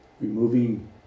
Removing